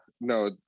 no